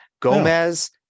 gomez